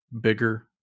bigger